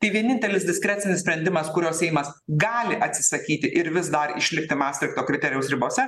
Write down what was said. tai vienintelis diskrecinis sprendimas kurio seimas gali atsisakyti ir vis dar išlikti mastrichto kriterijaus ribose